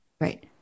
Right